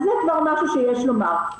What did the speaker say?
זה כבר משהו שיש לומר.